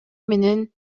менен